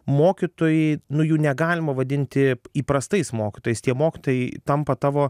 mokytojai nu jų negalima vadinti įprastais mokytojais tie mokytojai tampa tavo